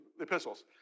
epistles